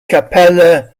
cappella